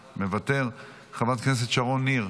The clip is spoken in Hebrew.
מוותר, חברת כנסת שרון ניר,